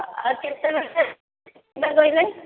କେତେବେଳେ ସାର୍ ଯିବା କହିଲେ